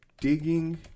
digging